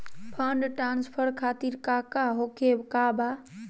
Fund transfer खातिर काका होखे का बा?